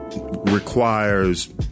Requires